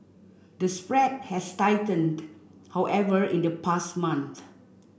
the spread has tightened however in the past month